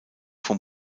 vom